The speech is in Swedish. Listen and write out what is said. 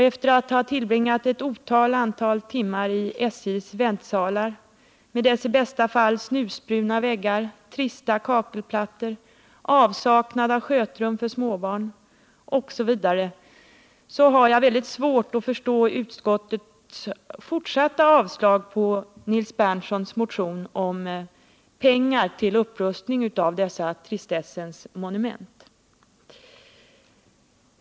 Efter att ha tillbringat ett otal timmar i SJ:s väntsalar med deras i bästa fall snusbruna väggar, trista kakelplattor, avsaknad av skötrum för småbarn osv. har jag svårt att förstå utskottets fortsatta avstyrkande av Nils Berndtsons motion om pengar till upprustning av dessa tristessens monument.